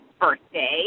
birthday